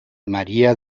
maría